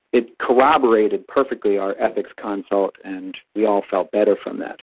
it corroborated perfectly our ethics consult and we all felt better from that.